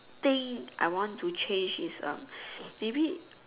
thing I want to change is um maybe